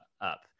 up